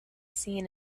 seen